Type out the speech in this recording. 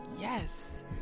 Yes